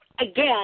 again